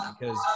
because-